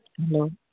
hello